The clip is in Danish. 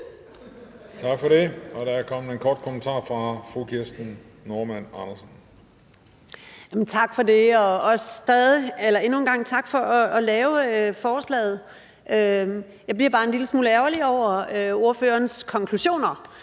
Tak for det. Og der er en kort kommentar fra fru Kirsten Normann Andersen. Kl. 12:28 Kirsten Normann Andersen (SF): Tak for det. Og endnu en gang tak for at lave forslaget. Jeg bliver bare en lille smule ærgerlig over ordførerens konklusioner